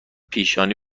پیشانی